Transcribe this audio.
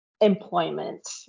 employment